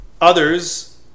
others